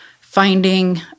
finding